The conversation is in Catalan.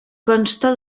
consta